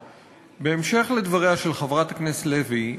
בהמשך לדבריה של חברת הכנסת לוי,